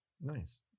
nice